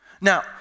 Now